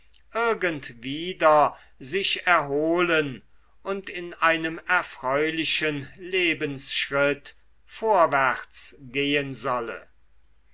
wieder sich erholen und in einem erfreulichen lebensschritt vorwärts gehen solle